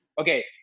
okay